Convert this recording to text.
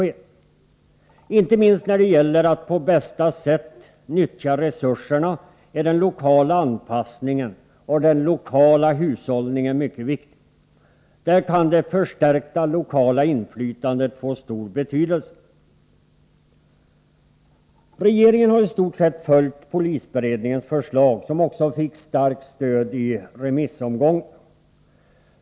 Inte minst när det gäller att på bästa sätt nyttja resurserna är den lokala anpassningen och den lokala hushållningen mycket viktiga. Där kan det förstärkta lokala inflytandet få stor betydelse. Regeringen har i stort sett följt polisberedningens förslag, som också fick starkt stöd i remissomgången.